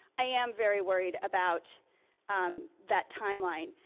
i am very worried about that timeline.